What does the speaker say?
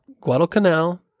Guadalcanal